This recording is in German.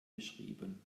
geschrieben